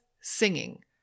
singing